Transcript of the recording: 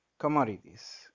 Commodities